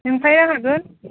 नोमफाया होगोन